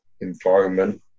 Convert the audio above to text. environment